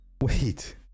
Wait